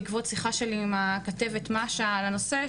בעקבות שיחה שלי עם הכתבת מאשה על הנושא,